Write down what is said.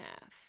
half